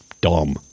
dumb